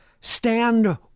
stand